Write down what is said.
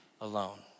Alone